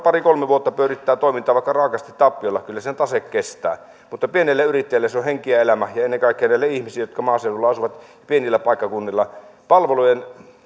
pari kolme vuotta pyörittää toimintaa vaikka raakasti tappiolla kyllä niiden tase kestää mutta pienelle yrittäjälle se on henki ja elämä ja ennen kaikkea niille ihmisille jotka maaseudulla asuvat pienillä paikkakunnilla palvelujen